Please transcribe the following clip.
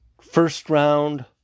first-round